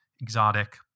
exotic